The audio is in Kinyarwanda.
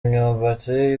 imyumbati